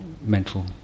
mental